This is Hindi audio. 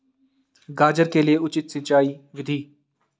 गाजर के लिए उचित सिंचाई विधि?